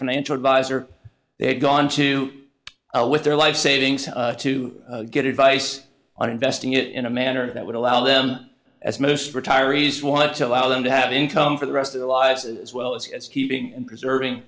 financial advisor they had gone to a with their life savings to get advice on investing it in a manner that would allow them as most retirees want to allow them to have income for the rest of their lives as well as keeping and preserving